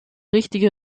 richtige